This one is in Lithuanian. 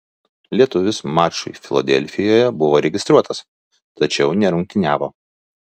lietuvis mačui filadelfijoje buvo registruotas tačiau nerungtyniavo